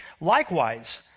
Likewise